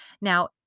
Now